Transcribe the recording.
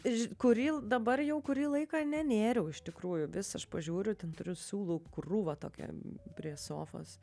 irž kuryl dabar jau kurį laiką nenėriau iš tikrųjų vis aš pažiūriu ten turiu siūlų krūvą tokią prie sofos